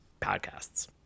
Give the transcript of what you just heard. podcasts